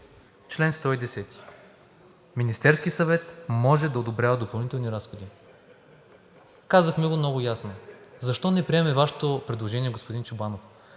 чл. 110: „Министерският съвет може да одобрява допълнителни разходи“. Казахме го много ясно. Защо не приемаме Вашето предложение, господин Чобанов?